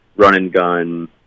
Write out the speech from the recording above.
run-and-gun